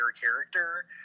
character